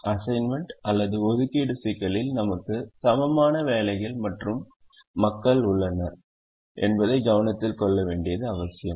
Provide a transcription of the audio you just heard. assignment ஒதுக்கீடு சிக்கலில் நமக்கு சமமான வேலைகள் மற்றும் மக்கள் உள்ளனர் என்பதை கவனத்தில் கொள்ள வேண்டியது அவசியம்